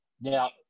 Now